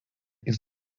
jis